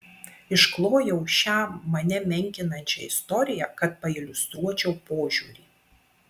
išklojau šią mane menkinančią istoriją kad pailiustruočiau požiūrį